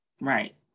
Right